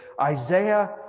Isaiah